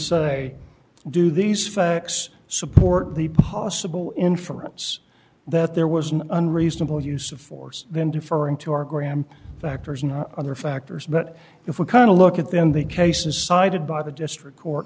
say do these facts support the possible inference that there was an unreasonable use of force then deferring to our gram factors not other factors but if we kind of look at them the cases cited by the district court